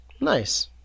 Nice